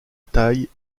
taille